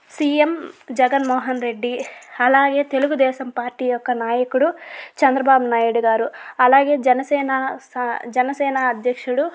CM Jagan Mohan Reddy అలాగే Telugu Desam party యొక్క నాయకుడు చంద్రబాబు నాయుడు గారు అలాగే జనసేన స జనసేన అధ్యక్షుడు